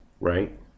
Right